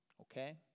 okay